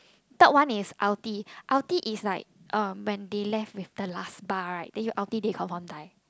third one is ulti ulti is like uh when they left with the last bar right then you ulti they confirm die